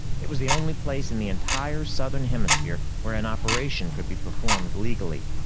it was the only place in the entire southern hemisphere where an operation could be performed legally.